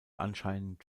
anscheinend